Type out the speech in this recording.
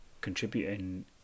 contributing